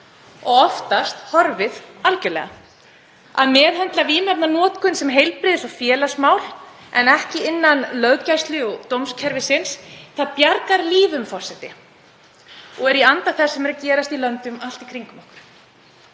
og oftast horfið algerlega. Að meðhöndla vímuefnanotkun sem heilbrigðis- og félagsmál en ekki innan löggæslu- og dómskerfisins bjargar lífi og er í anda þess sem er að gerast í löndunum allt í kringum okkur.